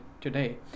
today